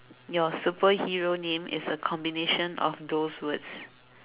your superhero name is a combination of those words